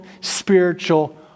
spiritual